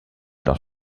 dans